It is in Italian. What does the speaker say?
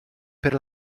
per